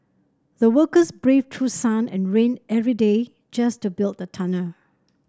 the workers braved through sun and rain every day just to build the tunnel